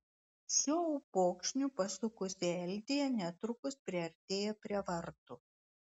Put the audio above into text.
šiuo upokšniu pasukusi eldija netrukus priartėja prie vartų